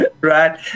Right